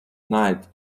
night